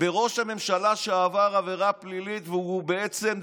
בראש הממשלה שעבר עבירה פלילית והוא בעצם,